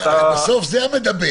בסוף זה המדבק.